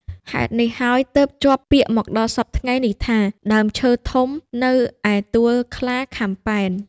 ហេតុនេះហើយទើបជាប់ពាក្យមកដល់សព្វថ្ងៃនេះថា ដើមឈើធំនៅឯទួលខ្លាខាំប៉ែន។